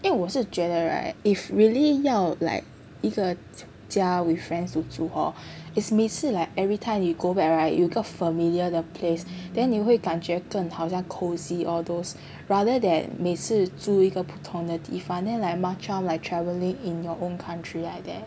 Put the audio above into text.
因为我是觉得 right if really 要 like 一个家 with friends to 住 hor is 每次 like everytime you go back right 有个 familiar the place then 你会感觉更好像 cosy all those rather than 每次租一个不同的地方 then like macam like travelling in your own country like that